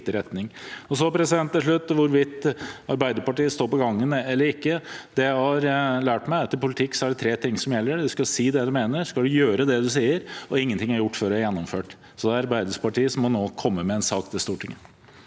i riktig retning. Til slutt, til hvorvidt Arbeiderpartiet står på gangen eller ikke, har jeg lært meg at det i politikk er tre ting som gjelder: Man skal si det man mener, man skal gjøre det man sier, og ingenting er gjort før det er gjennomført. Det er Arbeiderpartiet som nå må komme med en sak til Stortinget.